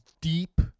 deep